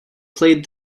played